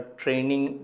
training